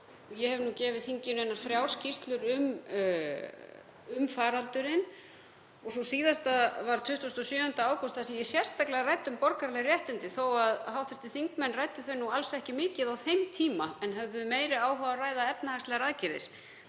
Ég hef gefið þinginu einar þrjár skýrslur um faraldurinn og sú síðasta var 27. ágúst þar sem ég ræddi sérstaklega um borgaraleg réttindi þó að hv. þingmenn ræddu þau alls ekki mikið á þeim tíma en hefðu meiri áhuga á að ræða efnahagslegar aðgerðir.